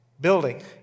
building